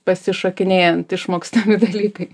pasišokinėjant išmokstami dalykai